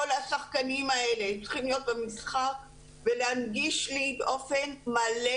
כל השחקנים האלה צריכים להיות במשחק ולהנגיש לי באופן מלא